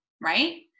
right